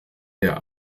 der